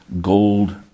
gold